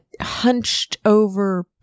hunched-over